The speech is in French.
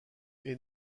est